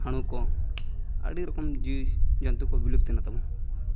ᱦᱟᱹᱬᱩᱠᱚ ᱟᱹᱰᱤ ᱨᱚᱠᱚᱢ ᱡᱤᱱᱤᱥ ᱡᱚᱱᱛᱩᱠᱚ ᱵᱤᱞᱩᱯᱛᱤᱭᱮᱱᱟ ᱛᱟᱵᱚ